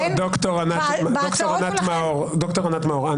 ד"ר ענת מאור,